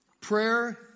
Prayer